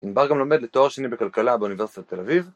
ענבר גם לומד לתואר שני בכלכלה באוניברסיטת תל אביב